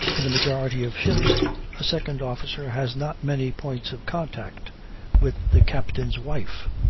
in the majority of ships a second officer has not many points of contact with the captain's wife.